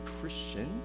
Christian